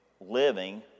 living